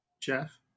Jeff